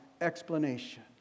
explanation